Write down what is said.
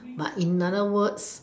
but in other words